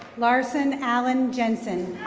larson allen jensen.